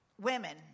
women